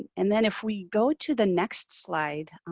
and then if we go to the next slide,